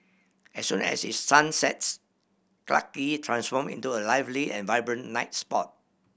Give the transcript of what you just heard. as soon as the sun sets Clarke Quay transform into a lively and vibrant night spot